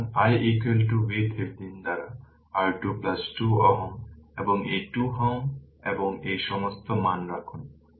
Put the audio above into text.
সুতরাং i VThevenin দ্বারা R22 Ω এই 2 Ω এবং এই সমস্ত মান রাখুন